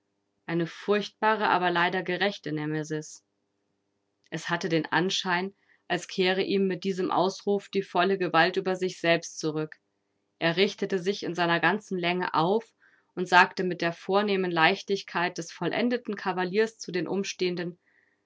eine furchtbare aber leider gerechte nemesis es hatte den anschein als kehre ihm mit diesem ausruf die volle gewalt über sich selbst zurück er richtete sich in seiner ganzen länge auf und sagte mit der vornehmen leichtigkeit des vollendeten kavaliers zu den umstehenden